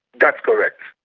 that's correct.